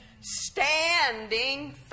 standing